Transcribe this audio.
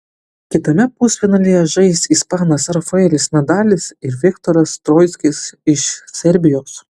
kitame pusfinalyje žais ispanas rafaelis nadalis ir viktoras troickis iš serbijos